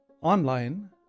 online